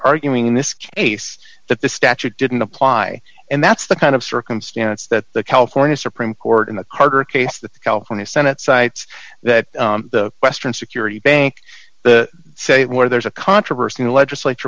arguing in this case that the statute didn't apply and that's the kind of circumstance that the california supreme court in the carter case the california senate cites that the western security bank the say where there's a controversy the legislature